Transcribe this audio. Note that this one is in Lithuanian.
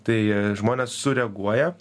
tai žmonės sureaguoja